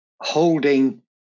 holding